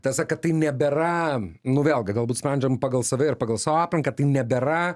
tiesa kad tai nebėra nu vėlgi galbūt sprendžiam pagal save ir pagal savo aplinką tai nebėra